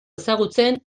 ezagutzen